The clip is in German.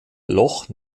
loch